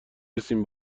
رسیم